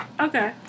Okay